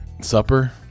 supper